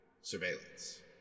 surveillance